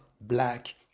black